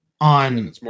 on